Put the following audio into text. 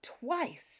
twice